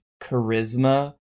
charisma